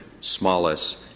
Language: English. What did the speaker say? smallest